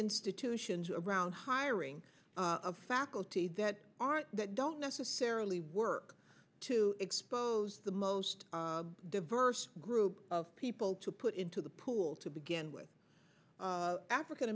institutions around hiring of faculty that aren't that don't necessarily work to expose the most diverse group of people to put into the pool to begin with african